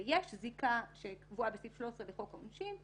ויש זיקה שקבועה בסעיף 13 לחוק העונשין,